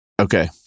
Okay